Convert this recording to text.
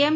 એમ